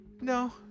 No